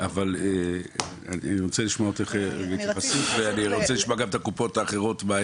רוצה לשמוע גם את הקופות האחרות.